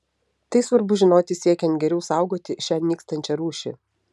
tai svarbu žinoti siekiant geriau saugoti šią nykstančią rūšį